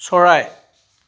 চৰাই